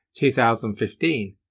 2015